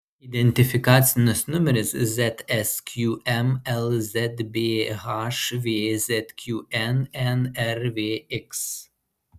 identifikacinis numeris zsqm lzbh vzqn nrvx